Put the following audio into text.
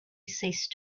ceased